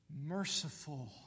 merciful